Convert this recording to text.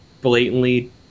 blatantly